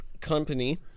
company